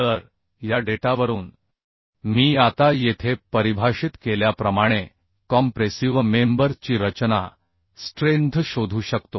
तर या डेटावरून मी आता येथे परिभाषित केल्याप्रमाणे कॉम्प्रेसिव्ह मेंबर ची रचना स्ट्रेंथ शोधू शकतो